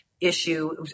issue